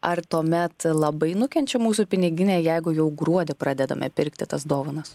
ar tuomet labai nukenčia mūsų piniginė jeigu jau gruodį pradedame pirkti tas dovanas